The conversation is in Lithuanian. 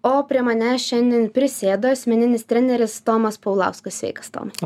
o prie manęs šiandien prisėdo asmeninis treneris tomas paulauskas sveikas tomai